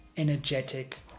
energetic